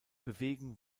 bewegung